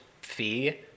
fee